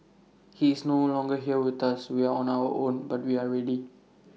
he is no longer here with us we are on our own but we are ready